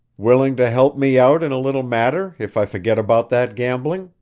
willing to help me out in a little matter if i forget about that gambling?